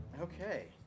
okay